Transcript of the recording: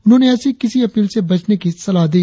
उन्होंने ऐसी किसी अपील से बचने की सलाह दी